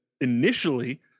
initially